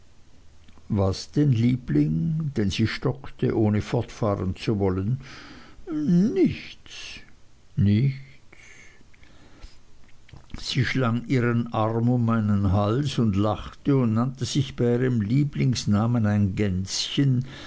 was denn liebling denn sie stockte ohne fortfahren zu wollen nichts nichts sie schlang ihren arm um meinen hals und lachte und nannte sich bei ihrem lieblingsnamen ein gänschen